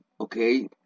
okay